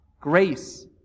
grace